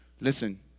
Listen